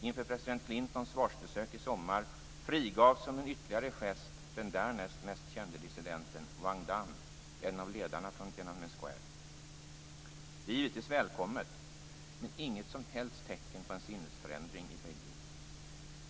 Inför president Clintons svarsbesök i sommar frigavs som en ytterligare gest den därnäst mest kände dissidenten Wang Dan, en av ledarna från Tienanmen Det är givetvis välkommet men inget som helst tecken på en sinnesförändring i Beijing.